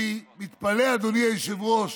אני מתפלא, אדוני היושב-ראש,